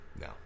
No